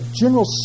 general